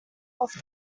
off